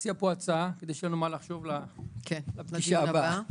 להציע הצעה כדי שיהיה לנו מה לחשוב לפגישה הבאה.